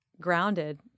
grounded